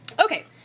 Okay